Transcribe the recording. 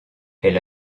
elle